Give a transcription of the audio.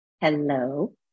Hello